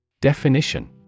Definition